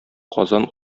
казан